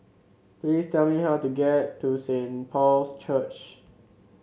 please tell me how to get to Saint Paul's Church